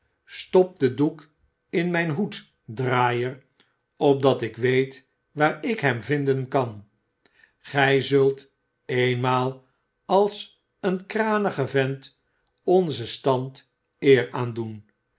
stop den doek in mijn hoed draaier opdat ik weet waar ik hem vinden kan gij zult eenmaal als een kranige vent onzen stand eer aandoen